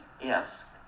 yes